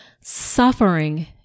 suffering